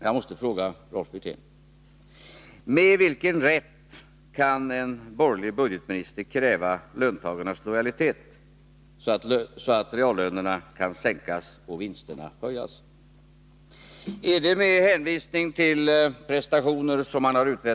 Jag måste fråga Rolf Wirtén: Med vilken rätt kan en borgerlig budgetminister kräva löntagarnas lojalitet när det gäller att sänka reallönerna och höja vinsterna? Vill man hänvisa till prestationer i det förflutna?